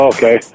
Okay